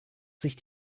sich